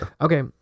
Okay